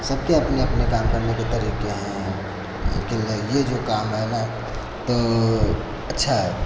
सबके अपने अपने काम करने के तरीके हैं लेकिन ये जो काम है न तो अच्छा है